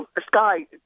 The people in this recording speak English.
Sky